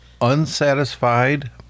unsatisfied